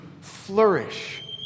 flourish